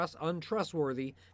untrustworthy